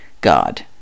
God